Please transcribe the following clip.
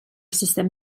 system